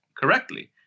correctly